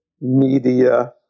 media